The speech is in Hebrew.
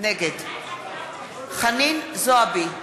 נגד חנין זועבי,